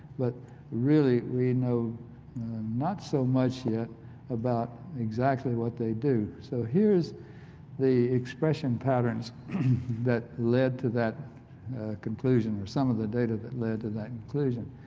but really we know not so much yet about exactly what they do, so here's the expression patterns that led to that conclusion or some of the data that led to that conclusion.